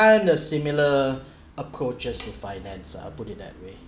can't a similar approaches to finance I'll put it that way